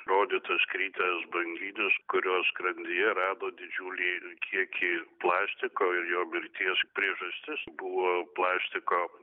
rodytas kritęs banginis kurio skrandyje rado didžiulį kiekį plastiko ir jo mirties priežastis buvo plastiko